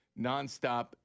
nonstop